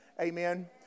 Amen